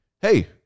Hey